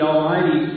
Almighty